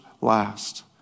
last